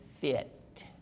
fit